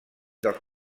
dels